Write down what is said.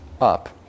up